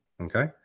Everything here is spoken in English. okay